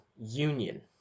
union